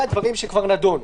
זה הדברים שכבר נדונו.